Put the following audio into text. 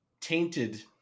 tainted